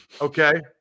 okay